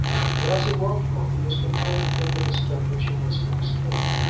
but as he walked home he was compelled to think of the step which he must next take.